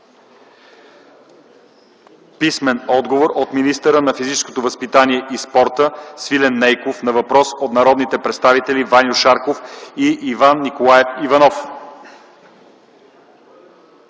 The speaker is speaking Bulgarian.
Писмен отговор от министъра на физическото възпитание и спорта Свилен Нейков на въпрос от народните представители Ваньо Шарков и Иван Николаев Иванов.